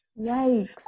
yikes